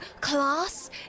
class